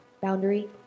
Boundary